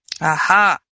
Aha